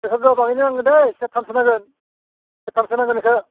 जिखुनजा दानो नांगोन दे सेरथामसो नांगोन सेरथामसो नांगोन बेखो